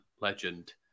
legend